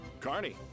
Carney